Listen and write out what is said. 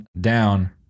down